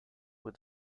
with